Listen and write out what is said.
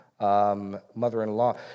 mother-in-law